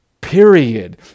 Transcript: Period